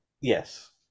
Yes